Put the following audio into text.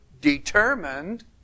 determined